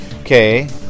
Okay